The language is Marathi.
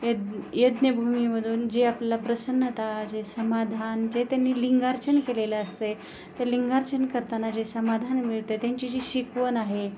यज् यज्ञभूमीमधून जे आपला प्रसन्नता जे समाधान जे त्यांनी लिंगार्चन केलेलं असते ते लिंगार्चन करताना जे समाधान मिळते त्यांची जी शिकवण आहे